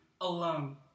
alone